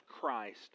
Christ